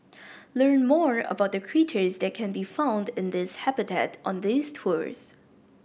learn more about the critters that can be found in this habitat on these tours